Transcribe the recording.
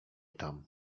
tam